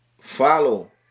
follow